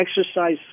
exercise